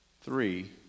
Three